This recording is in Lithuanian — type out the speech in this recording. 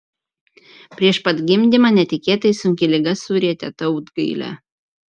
prieš pat gimdymą netikėtai sunki liga surietė tautgailę